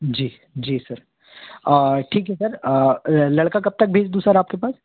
जी जी सर ठीक है सर लड़का कब तक भेज दूँ सर आपके पास